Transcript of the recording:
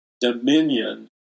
dominion